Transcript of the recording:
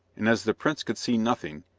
and as the prince could see nothing,